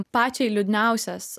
pačiai liūdniausias